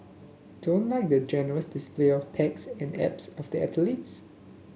don't like the gorgeous display of pecs and abs of the athletes